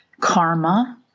karma